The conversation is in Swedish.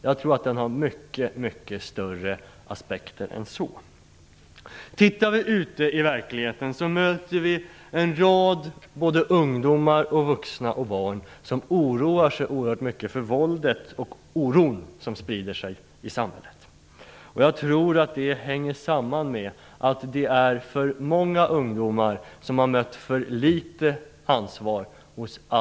Jag tror att det finns många fler aspekter än så. Ute i verkligheten möter vi en rad ungdomar, vuxna och barn som bekymrar sig oerhört mycket över våldet och oron som sprider sig i samhället. Jag tror att det hänger samman med att alltför många ungdomar har mött för litet ansvar hos vuxna.